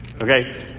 Okay